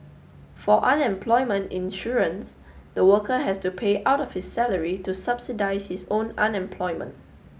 for unemployment insurance the worker has to pay out of his salary to subsidise his own unemployment